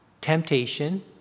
temptation